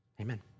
Amen